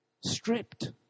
stripped